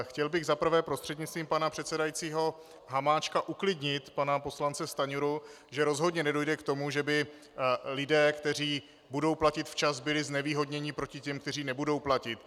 Chtěl bych prostřednictvím pana předsedajícího Hamáčka uklidnit pana poslance Stanjuru, že rozhodně nedojde k tomu, že by lidé, kteří budou platit včas, byli znevýhodněni proti těm, kteří nebudou platit.